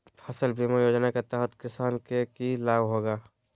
फसल बीमा योजना के तहत किसान के की लाभ होगा?